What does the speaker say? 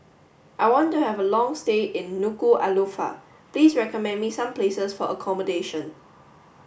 I want to have a long stay in Nuku'alofa please recommend me some places for accommodation